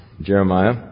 Jeremiah